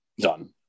done